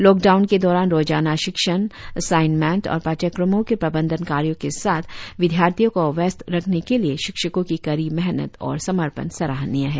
lockdown के दौरान रोजाना शिक्षण असाइंमेंट और पाठ्यक्रमों के प्रबंधन कार्यों के साथ विदयार्थियों को वयसत रखने के लिए शिक्षकों की कड़ी मेहनत और समर्पण सराहनीय है